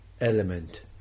element